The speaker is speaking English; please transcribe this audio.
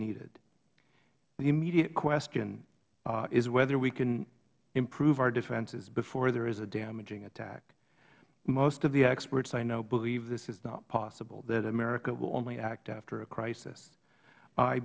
needed the immediate question is whether we can improve our defenses before there is a damaging attack most of the experts i know believe this is not possible that america will only act after a crisis i